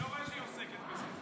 אני לא רואה שהיא עוסקת בזה.